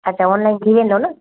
अछा ऑनलाइन थी वेंदो न